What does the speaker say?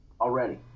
already